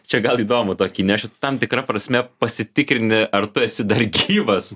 čia gal įdomu tokį neši tu tam tikra prasme pasitikrini ar tu esi dar gyvas